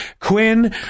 quinn